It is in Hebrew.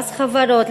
מס חברות,